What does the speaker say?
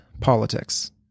politics